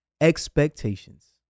expectations